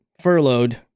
furloughed